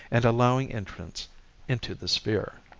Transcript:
and allowing entrance into the sphere.